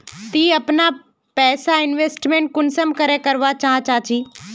ती अपना पैसा इन्वेस्टमेंट कुंसम करे करवा चाँ चची?